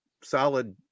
solid